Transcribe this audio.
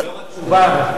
לאור התשובה,